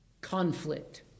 conflict